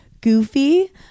goofy